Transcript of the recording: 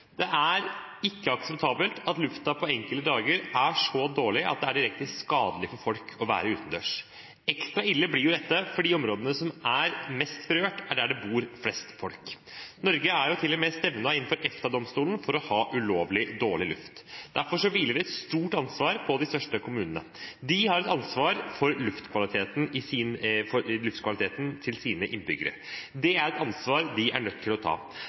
Det er ikke akseptabelt at luften på enkelte dager er så dårlig at det er direkte skadelig for folk å være utendørs. Ekstra ille blir dette fordi områdene som er mest berørt, er der det bor flest folk. Norge er til og med stevnet inn for EFTA-domstolen for å ha ulovlig dårlig luft. Derfor hviler det et stort ansvar på de største kommunene. De har et ansvar for luftkvaliteten til sine innbyggere. Det er et ansvar de er nødt til å ta.